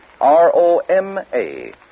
R-O-M-A